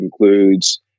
includes